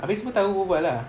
abeh semua tahu berbual ah